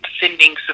sending